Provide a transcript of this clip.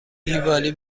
دیوالی